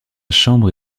chambre